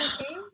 okay